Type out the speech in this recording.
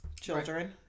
children